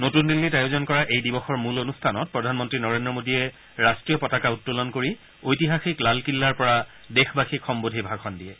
নতুন দিল্লীত আয়োজন কৰা এই দিৱসৰ মূল অনুষ্ঠানত প্ৰধানমন্ত্ৰী নৰেন্দ্ৰ মোডীয়ে ৰাট্টীয় পতাকা উত্তোলন কৰি ঐতিহাসিক লালকিল্লাৰ পৰা দেশবাসীক সম্বোধি ভাষণ দিয়ে